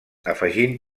afegint